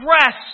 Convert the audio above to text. press